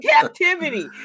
captivity